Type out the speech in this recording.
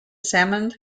salmon